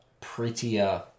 prettier